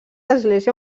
església